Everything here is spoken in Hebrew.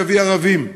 שיביא ערבים,